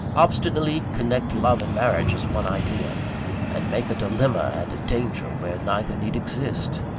obstinately connect love and marriage as one idea and make a dilemma and a danger where neither need exist?